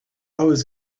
always